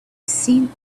seen